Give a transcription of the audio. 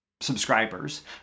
subscribers